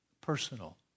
personal